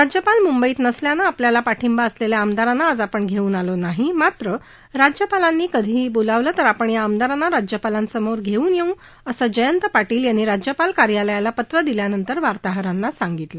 राज्यपाल मुंबईत नसल्यानं आपल्याला पाठिंबा असलेल्या आमदारांना आज आपण घेऊन आलो नाही मात्र राज्यपालांनी कधीही बोलावलं तर आपण या आमदारांना राज्यपालांसमोर घेऊन येऊ असं जयंत पापील यांनी राज्यपाल कार्यालयाला पत्र दिल्यानंतर वार्ताहरांना सांगितलं